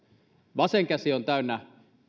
vasen käsi on täynnä